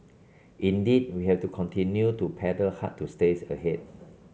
indeed we have to continue to paddle hard to stays ahead